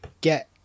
get